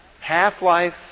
Half-life